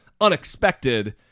unexpected